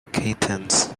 kittens